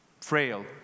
frail